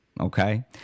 Okay